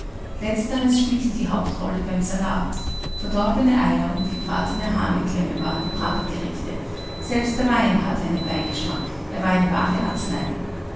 letzteres spielte die hauptrolle beim salat verdorbene eier und gebratene hahnekämme waren die prachtgerichte selbst der wein hatte einen beigeschmack er war eine wahre arznei